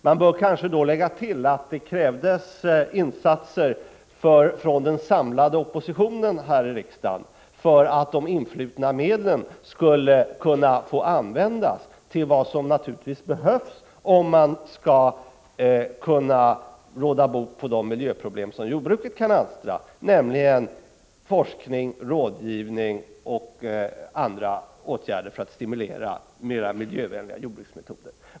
Man bör kanske tillägga att det krävdes insatser från den samlade oppositionen här i riksdagen för att de från denna avgift influtna medlen skulle få användas till vad som naturligtvis behövs för att råda bot på de miljöproblem som jordbruket kan alstra, nämligen forskning, rådgivning och andra åtgärder för att stimulera mera miljövänliga jordbruksmetoder.